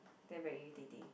then very irritating